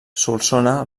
solsona